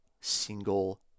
single